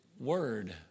word